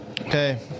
Okay